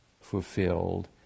fulfilled